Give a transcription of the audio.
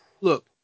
look